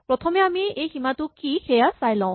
প্ৰথমে আমি এই সীমাটো কি সেয়া চাই লওঁ